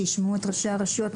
שישמעו את ראשי הרשויות.